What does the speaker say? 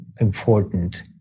important